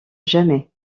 jamais